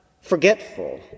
forgetful